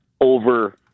over